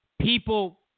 People